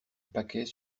paquet